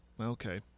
Okay